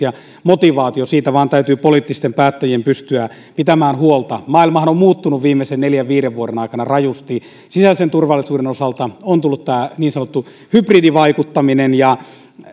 ja motivaatiosta vain täytyy poliittisten päättäjien pystyä pitämään huolta maailmahan on muuttunut viimeisen neljän viiva viiden vuoden aikana rajusti sisäisen turvallisuuden osalta on tullut tämä niin sanottu hybridivaikuttaminen ja